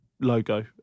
logo